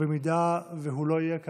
במידה שהוא לא יהיה כאן,